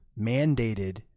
mandated